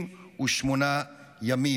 3,768 ימים.